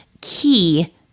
key